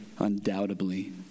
undoubtedly